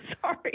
sorry